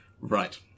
Right